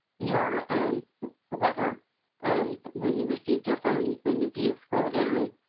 your letter when you received your funds. and if you scroll down,